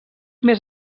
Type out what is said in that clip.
més